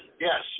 Yes